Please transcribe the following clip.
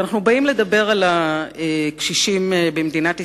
כשאנחנו באים לדבר על הקשישים במדינת ישראל,